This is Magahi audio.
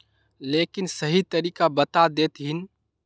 लेकिन सही तरीका बता देतहिन?